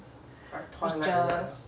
witches